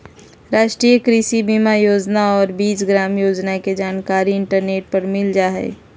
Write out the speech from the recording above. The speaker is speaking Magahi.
राष्ट्रीय कृषि बीमा योजना और बीज ग्राम योजना के जानकारी इंटरनेट पर मिल जा हइ